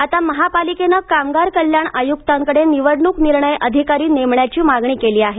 आता महापालिकेनं कामगार कल्याण आय्क्तांकडे निवडण्क निर्णय अधिकारी नेमण्याची मागणी केली आहे